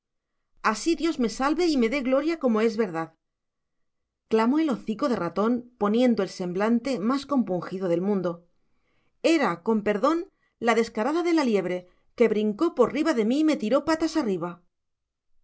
así dios me salve y me dé la gloria como es verdad clamó el hocico de ratón poniendo el semblante más compungido del mundo era con perdón la descarada de la liebre que brincó por riba de mí y me tiró patas arriba